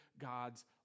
God's